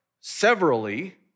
severally